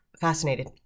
fascinated